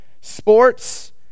sports